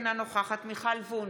אינה נוכחת מיכל וונש,